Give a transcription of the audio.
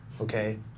okay